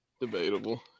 Debatable